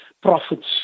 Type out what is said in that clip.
prophets